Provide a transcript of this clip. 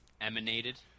Emanated